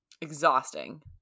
Exhausting